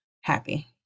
happy